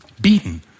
beaten